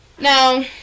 Now